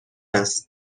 است